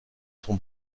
son